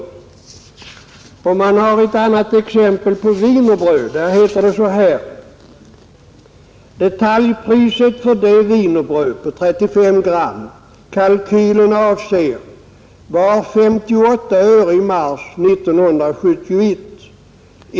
Man anför wienerbröd som ett annat exempel, Där heter det så här: ”Detaljpriset för det wienerbröd kalkylen avser var 58 öre i mars 1971.